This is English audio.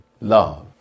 love